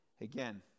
again